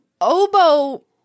oboe